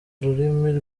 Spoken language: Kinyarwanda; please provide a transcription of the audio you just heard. rurimi